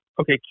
okay